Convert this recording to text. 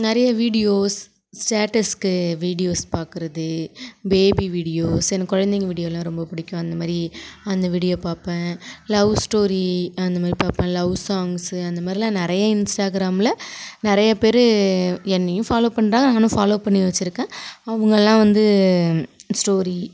நிறைய வீடியோஸ் ஸ்டேட்டஸ்க்கு வீடியோஸ் பார்க்கறது பேபி வீடியோஸ் எனக்கு குழந்தைங்க வீடியோலாம் ரொம்ப பிடிக்கும் அந்த மாதிரி அந்த வீடியோ பார்ப்பேன் லவ் ஸ்டோரி அந்த மாதிரி பார்ப்பேன் லவ் சாங்ஸ்ஸு அந்த மாதிரிலாம் நிறைய இன்ஸ்டாகிராமில் நிறைய பேர் என்னையும் ஃபாலோ பண்ணுறாங்க நானும் ஃபாலோ பண்ணி வச்சுருக்கேன் அவங்க எல்லாம் வந்து ஸ்டோரி